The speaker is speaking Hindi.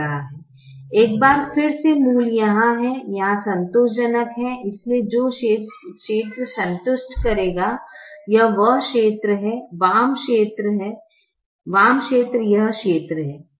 एक बार फिर से मूल यहाँ है यहाँ संतोषजनक है इसलिए जो क्षेत्र संतुष्ट करेगा वह यह क्षेत्र है वाम क्षेत्र यह क्षेत्र है